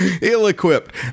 ill-equipped